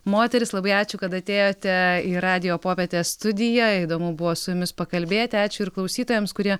moteris labai ačiū kad atėjote į radijo popietės studiją įdomu buvo su jumis pakalbėti ačiū ir klausytojams kurie